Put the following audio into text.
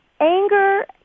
anger